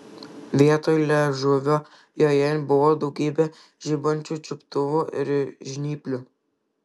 vietoj liežuvio joje buvo daugybė žibančių čiuptuvų ir žnyplių